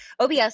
OBS